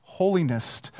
Holiness